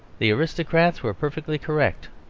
the aristocrats were perfectly correct,